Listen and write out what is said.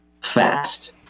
fast